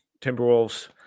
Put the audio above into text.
Timberwolves